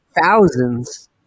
thousands